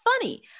funny